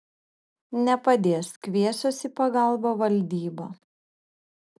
nepadės kviesiuos į pagalbą valdybą